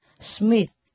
Smith